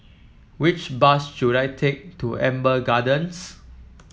which bus should I take to Amber Gardens